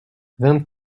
vingt